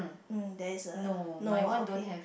mm there is a no ah okay